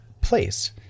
place